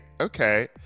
Okay